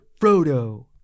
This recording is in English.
Frodo